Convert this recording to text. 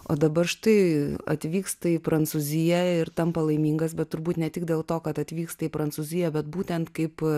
o dabar štai atvyksta į prancūziją ir tampa laimingas bet turbūt ne tik dėl to kad atvyksta į prancūziją bet būtent kaip